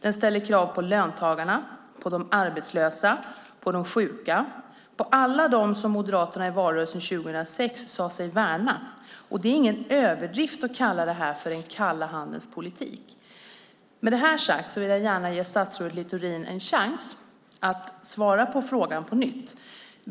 Den ställer krav på löntagarna, på de arbetslösa, på de sjuka - på alla dem som Moderaterna i valrörelsen 2006 sade sig värna. Det är ingen överdrift att kalla detta för den kalla handens politik. Med detta sagt vill jag gärna ge statsrådet Littorin chans att svara på frågan på nytt.